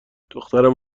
دخترم